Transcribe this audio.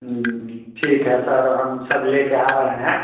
हम्म हम्म ठीक है सर हम सब लेके आ रहे हैं